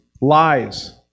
lies